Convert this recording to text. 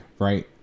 right